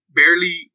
barely